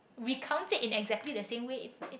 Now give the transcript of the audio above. recount it in exactly the same way it's